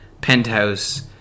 penthouse